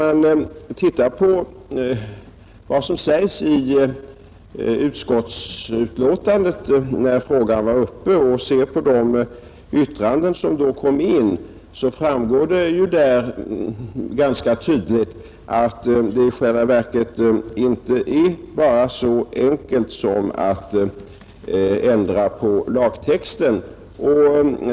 Men om man tittar på vad som sades i utskottsutlåtandet när frågan var uppe i riksdagen och på de yttranden som då kom in, ser man ganska tydligt att det i själva verket inte är så enkelt som att bara ändra på lagtexten.